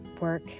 work